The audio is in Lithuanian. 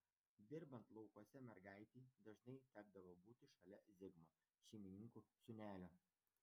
dirbant laukuose mergaitei dažnai tekdavo būti šalia zigmo šeimininkų sūnelio